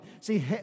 See